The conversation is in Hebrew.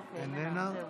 איננה.